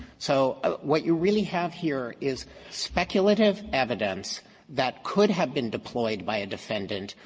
so ah what you really have here is speculative evidence that could have been deployed by a defendant.